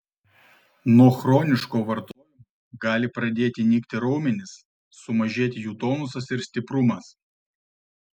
nuo chroniško vartojimo gali pradėti nykti raumenys sumažėti jų tonusas ir stiprumas